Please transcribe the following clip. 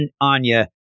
Anya